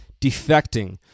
Defecting